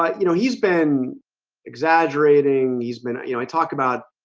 ah you know, he's been exaggerating these minute. you know you talk about